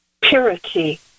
purity